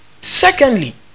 Secondly